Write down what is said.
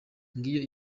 ngiyo